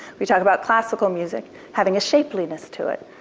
we talk about classical music having a shapeliness to it.